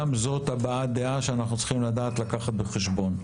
גם זאת הבעת דעה שאנחנו צריכים לדעת לקחת בחשבון.